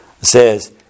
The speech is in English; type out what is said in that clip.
says